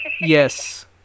Yes